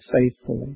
faithfully